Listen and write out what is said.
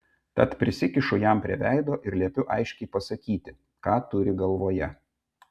tad prisikišu jam prie veido ir liepiu aiškiai pasakyti ką turi galvoje